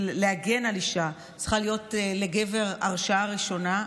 להגן על אישה צריכה להיות לגבר הרשעה ראשונה,